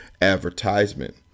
advertisement